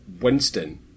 Winston